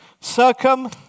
Circum